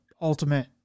ultimate